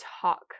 talk